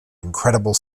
incredible